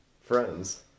friends